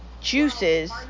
juices